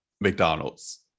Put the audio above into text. McDonald's